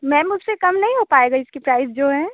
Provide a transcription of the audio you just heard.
ma'am उससे कम नहीं हो पाएगा इसकी प्राइज़ जो है